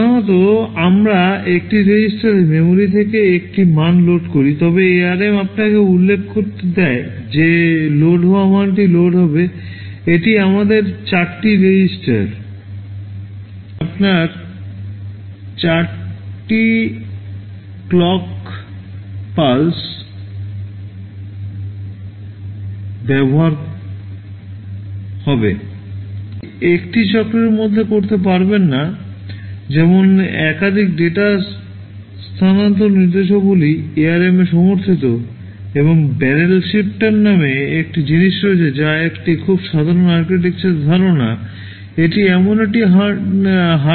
সাধারণত আমরা একটি রেজিস্টারে মেমরি থেকে একটি মান লোড করি তবে ARM আপনাকে উল্লেখ করতে দেয় যে লোড হওয়া মানটি লোড হবে এটি আমাদের 4 টি রেজিস্টার